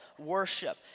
worship